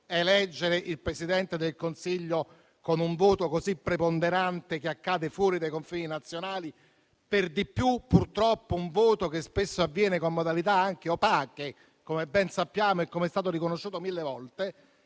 eleggere il Presidente del Consiglio con un voto così preponderante che accade fuori dai confini nazionali, per di più purtroppo un voto che spesso avviene con modalità anche opache, come ben sappiamo e come è stato riconosciuto mille volte.